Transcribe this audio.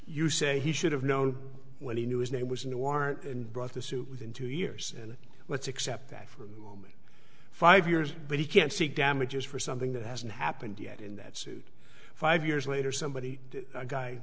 you say he should have known when he knew his name was in the warrant and brought the suit within two years and let's accept that for a moment five years but he can't seek damages for something that hasn't happened yet in that suit five years later somebody a guy